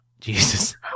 Jesus